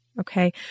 okay